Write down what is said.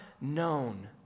known